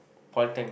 polytechnic